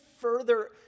further